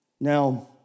Now